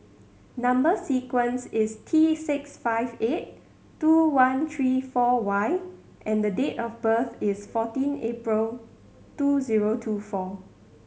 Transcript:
number sequence is T six five eight two one three four Y and date of birth is fourteen April two zero two four